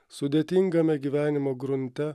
sudėtingame gyvenimo gruntą